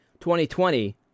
2020